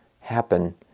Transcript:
happen